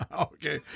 Okay